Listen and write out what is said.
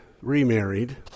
remarried